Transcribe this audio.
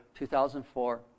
2004